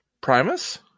Primus